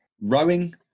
Rowing